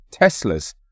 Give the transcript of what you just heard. Teslas